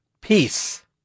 Peace